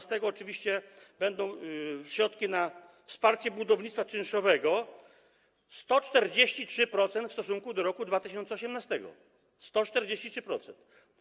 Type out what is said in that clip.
Z tego oczywiście będą środki na wsparcie budownictwa czynszowego - 143% w stosunku do roku 2018. 143%.